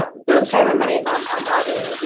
ah those kind of of monies on um lobbying. yeah